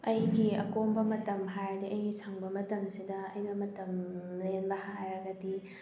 ꯑꯩꯒꯤ ꯑꯀꯣꯝꯕ ꯃꯇꯝ ꯍꯥꯏꯔꯗꯤ ꯑꯩꯒꯤ ꯁꯪꯕ ꯃꯇꯝꯁꯤꯗ ꯑꯩꯅ ꯃꯇꯝ ꯂꯦꯟꯕ ꯍꯥꯏꯔꯒꯗꯤ